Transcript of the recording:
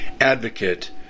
advocate